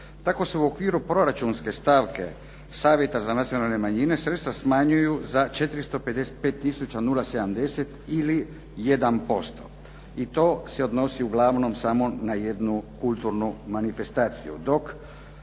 Tako se u okviru proračunske stavke Savjeta za nacionalne manjine sredstva smanjuju za 455 tisuća 070 ili 1% i to se odnosi uglavnom samo na jednu kulturnu manifestaciju,